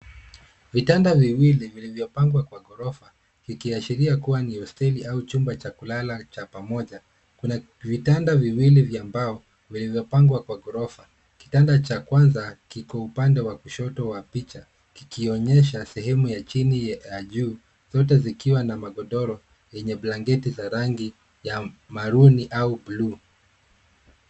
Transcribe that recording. Vitanda viwili vilivyopangwa kwa ghorofa, kikiashiria kuwa ni hosteli au chumba cha kulala cha pamoja. Kuna vitanda viwili vya mbao vilivyopangwa kwa ghorofa. Kitanda cha kwanza kiko upande wa kushoto wa picha kikionyesha sehemu ya chini ya juu zote zikiwa na magodoro yenye blanketi za rangi ya maruni au blue .